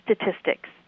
statistics